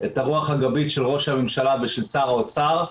את הרוח הגבית של ראש הממשלה ושל שר האוצר,